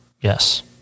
Yes